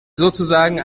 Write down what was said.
sozusagen